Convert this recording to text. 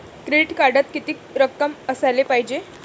Credit कार्डात कितीक रक्कम असाले पायजे?